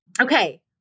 Okay